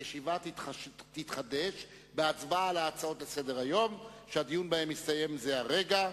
הישיבה תתחדש בהצבעה על ההצעות לסדר-היום שהדיון בהן הסתיים בזה הרגע.